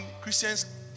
Christians